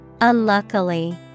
Unluckily